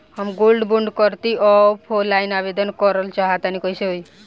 हम gold bond करंति offline आवेदन करल चाह तनि कइसे होई?